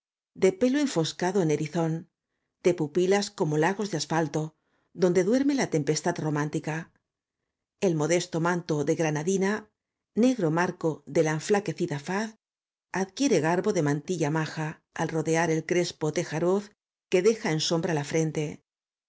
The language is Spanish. de pelo enfoscado en erizón de pupilas como lagos de asfalto donde duerme la tempestad romántica el modesto manto de granadina negro marco de la e n flaquecida faz adquiere garbo de mantilla maja al rodear el crespo tejaroz que deja en sombra la frente